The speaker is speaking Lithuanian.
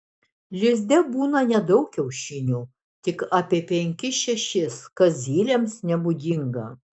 lizde būna nedaug kiaušinių tik apie penkis šešis kas zylėms nebūdinga